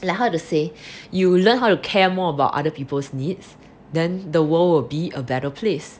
like how to say you learn how to care more about other people's needs then the world would be a better place